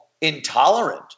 intolerant